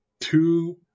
two